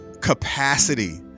capacity